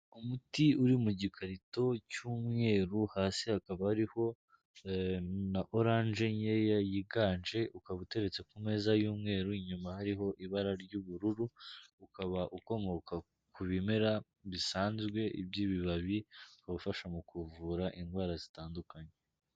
Umuti uri mu gikarito cy'umweru hasi hakaba hariho na orange nkeya yiganje ukaba uteretse ku meza y'umweru, inyuma hariho ibara ry'ubururu, ukaba ukomoka ku bimera bisanzwe by'ibibabi ubafasha mu kuvura indwara zitandukanye.